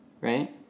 right